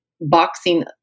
boxing